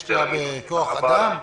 יש לה כוח אדם.